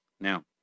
Now